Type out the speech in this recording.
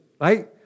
right